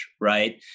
right